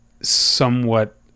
somewhat